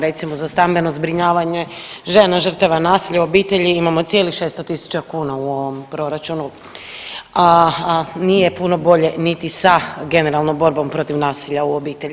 Recimo za stambeno zbrinjavanje žena žrtava nasilja u obitelji imamo cijelih 600.000 kuna u ovom proračunu, a nije puno bolje niti sa generalnom borbom protiv nasilja u obitelji.